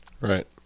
Right